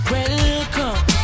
Welcome